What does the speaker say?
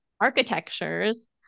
architectures